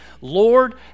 Lord